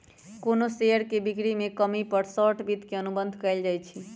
कोनो शेयर के बिक्री में कमी पर शॉर्ट वित्त के अनुबंध कएल जाई छई